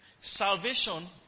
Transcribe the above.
salvation